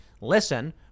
listen